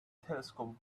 telescope